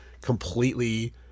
completely